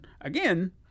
again